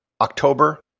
October